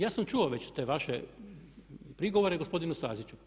Ja sam čuo već te vaše prigovore gospodinu Staziću.